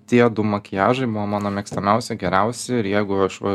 tie du makiažai buvo mano mėgstamiausi geriausi ir jeigu aš va